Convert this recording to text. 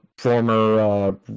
Former